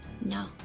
No